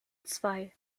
zwei